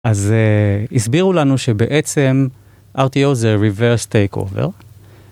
שלום כיתה ז10 ו ז11